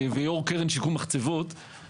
ויו"ר קרן שיקום מחצבות,